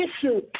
issue